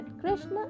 Krishna